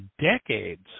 decades